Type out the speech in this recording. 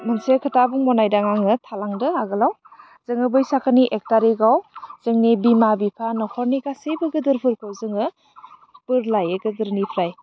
मोनसे खोथा बुंबावनो नायदों आङो थालांदों आगोलयाव जोङो बैसागोनि एक थारिकआव जोंनि बिमा बिफा नखरनि गासैबो गिदिरफोरखौ जोङो बोर लायो गोदोरनिफ्राय